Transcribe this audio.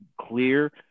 clear